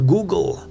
Google